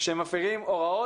שמפרים הוראות,